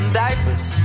diapers